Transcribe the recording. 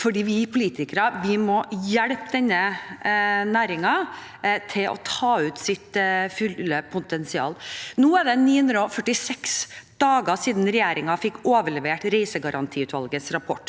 vi politikere må hjelpe denne næringen med å ta ut sitt fulle potensial. Nå er det 946 dager siden regjeringen fikk overlevert reisegarantiutvalgets rapport,